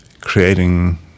creating